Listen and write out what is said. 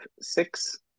six